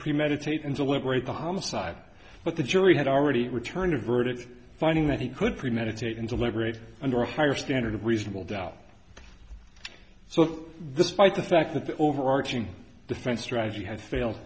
premeditate and deliberate the homicide but the jury had already returned a verdict finding that he could premeditate and deliberate under a higher standard of reasonable doubt so this fight the fact that the overarching defense strategy had failed